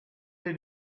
are